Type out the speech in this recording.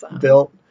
built